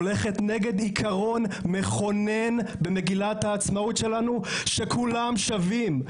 הולכת נגד עיקרון מכונן במגילת העצמאות שלנו שכולם שווים,